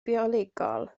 biolegol